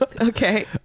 okay